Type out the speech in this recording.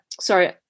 sorry